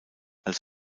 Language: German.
als